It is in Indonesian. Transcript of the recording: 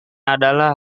adalah